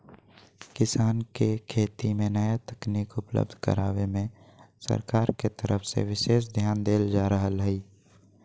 किसान के खेती मे नया तकनीक उपलब्ध करावे मे सरकार के तरफ से विशेष ध्यान देल जा रहल हई